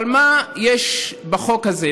אבל מה יש בחוק הזה?